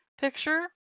picture